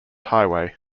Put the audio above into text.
highway